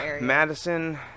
Madison